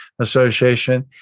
Association